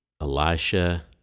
Elisha